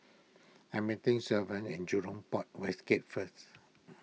I am meeting Savion at Jurong Port West Gate first